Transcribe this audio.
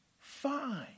fine